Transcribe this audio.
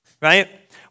Right